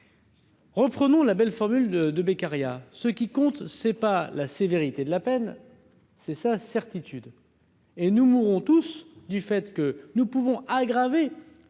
Reprenons la belle formule de de Beccaria ce qui compte, c'est pas la sévérité de la peine, c'est sa certitude. Et nous mourrons tous du fait que nous pouvons tant